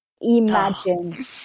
Imagine